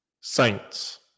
Saints